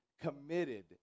committed